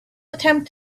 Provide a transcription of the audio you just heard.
attempt